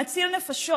להציל נפשות.